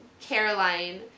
Caroline